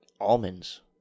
Almonds